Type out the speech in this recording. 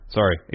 sorry